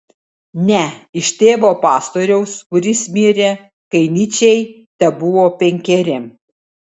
ne iš tėvo pastoriaus kuris mirė kai nyčei tebuvo penkeri